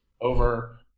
over